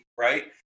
Right